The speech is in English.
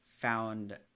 found